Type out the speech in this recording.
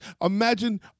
Imagine